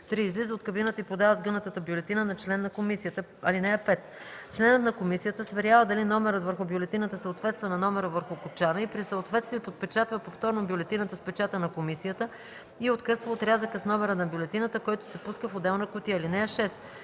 3. излиза от кабината и подава сгънатата бюлетина на член на комисията. (5) Членът на комисията сверява дали номерът върху бюлетината съответства на номера върху кочана и при съответствие подпечатва повторно бюлетината с печата на комисията и откъсва отрязъка с номера от бюлетината, който се пуска в отделна кутия. (6)